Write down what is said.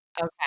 okay